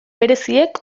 bereziek